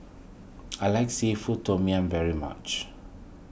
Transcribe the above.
I like Seafood Tom Yum very much